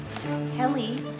Kelly